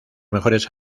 mejores